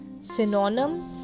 Synonym